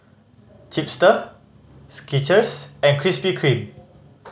Chipster Skechers and Krispy Kreme